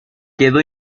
quedó